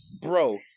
Bro